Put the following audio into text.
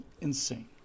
insane